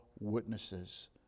witnesses